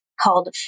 called